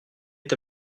est